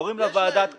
קוראים לה ועדת כספים.